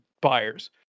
buyers